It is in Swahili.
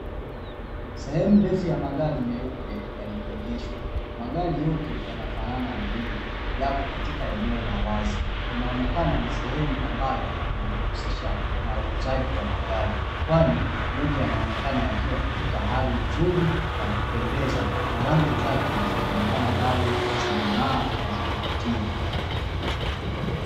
Sehemu ndefu ya magari meupe yaliyoegeshwa magari yote yanafanana muundo yako katika eneo la wazi, inaonekana ni sehemu ambayo wanajihusisha na uuzaji wa magari kwani yote yanaonekana yakiwa katika hali nzuri na ya kupendeza na rangi zake zikionekana bado zinang'aa na zinavutia.